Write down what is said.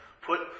Put